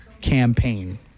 campaign